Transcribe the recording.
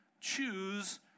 choose